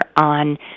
on